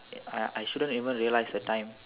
I I shouldn't even realise the time